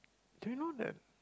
do you know that